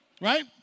Right